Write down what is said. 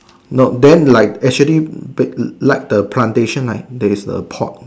then like actually like the plantation there is a pot